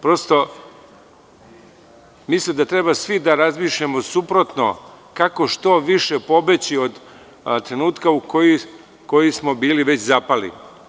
Prosto, mislim da treba svi da razmišljamo suprotno kako što više pobeći od trenutka u koji smo već bili zapali.